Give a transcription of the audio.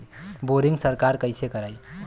Boring सरकार कईसे करायी?